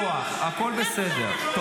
פעם שאתם תריבו, אני פשוט אעצור את הזמן.